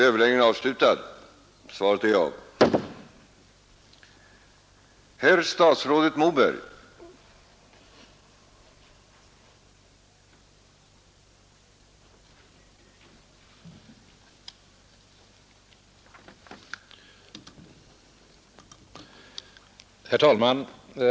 Herr talman!